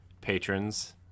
patrons